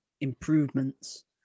improvements